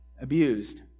abused